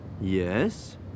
Yes